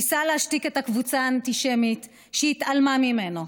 ניסה להשתיק את הקבוצה האנטישמית והיא התעלמה ממנו.